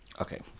Okay